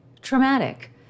traumatic